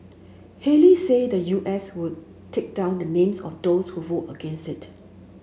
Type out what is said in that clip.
Haley said the U S would take down the names of those who vote against it